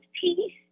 peace